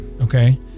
okay